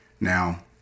Now